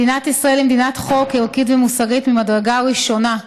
מדינת ישראל היא מדינת חוק ערכית ומוסרית ממדרגה ראשונה,